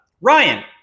Ryan